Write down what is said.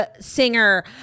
singer